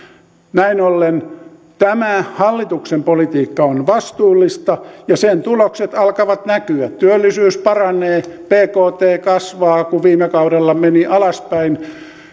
näin ollen tämä hallituksen politiikka on vastuullista ja sen tulokset alkavat näkyä työllisyys paranee bkt kasvaa kun se viime kaudella meni alaspäin